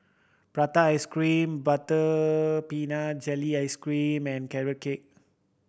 prata ice cream butter peanut jelly ice cream and Carrot Cake